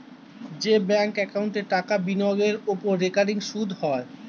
যে ব্যাঙ্ক একাউন্টে টাকা বিনিয়োগের ওপর রেকারিং সুদ হয়